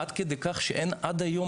עד כדי שאין עד היום,